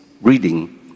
reading